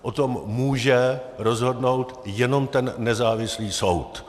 O tom může rozhodnout jenom ten nezávislý soud.